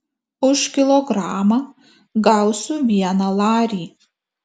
už kilogramą gausiu vieną larį